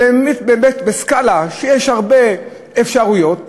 בסקאלה שיש הרבה אפשרויות,